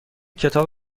کتاب